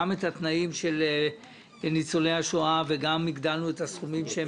שיפרנו בארץ את התנאים של ניצולי השואה והגדלנו את הסכומים שהם